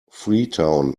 freetown